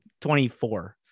24